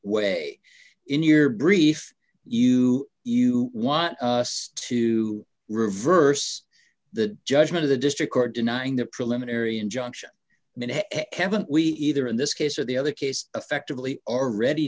way in your brief you you want to reverse the judgment of the district court denying the preliminary injunction minute we either in this case or the other case affectively already